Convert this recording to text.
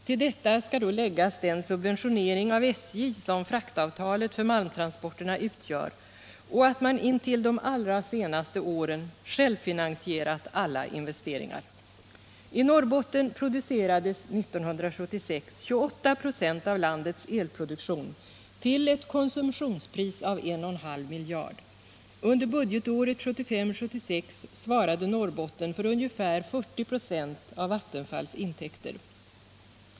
Till detta skall läggas den subventionering av SJ som fraktavtalet för malmtransporterna utgör och det faktum att man intill de allra senaste åren har självfinansierat alla investeringar. I Norrbotten producerades 1976 28 926 av landets elkraft till ett konsumtionspris av 1,5 miljarder kronor. Under budgetåret 1975/76 svarade Norrbotten för ungefär 40 96 av Vattenfalls intäkter.